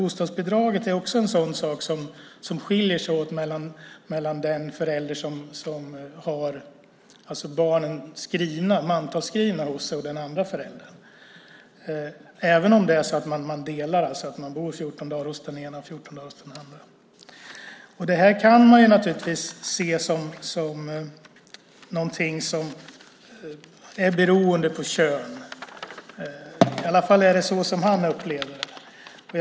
Bostadsbidraget är också en sådan sak som skiljer sig åt mellan den förälder som har barnet mantalsskrivet hos sig och den andra föräldern, även om man delar så att barnet bor 14 dagar hos vardera föräldern. Det här kan man naturligtvis se som någonting som är beroende på kön. I alla fall är det så han upplever det.